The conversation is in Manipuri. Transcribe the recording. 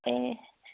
ꯑꯦ